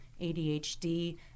ADHD